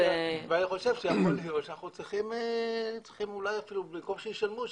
ואני חושב שיכול להיות שאנחנו צריכים אולי במקום שישלמו,